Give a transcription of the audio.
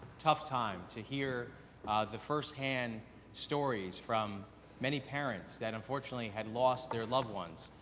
tough time to hear the firsthand stories from many parents that unfortunately had lost their loved ones,